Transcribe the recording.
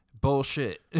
Bullshit